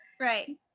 Right